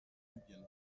libyen